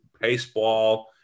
baseball